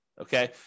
Okay